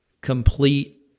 complete